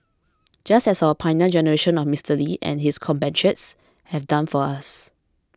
just as our Pioneer Generation of Mister Lee and his compatriots have done for us